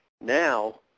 Now